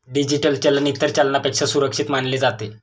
digital चलन इतर चलनापेक्षा सुरक्षित मानले जाते